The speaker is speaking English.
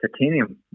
titanium